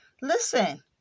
Listen